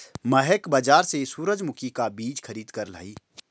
महक बाजार से सूरजमुखी का बीज खरीद कर लाई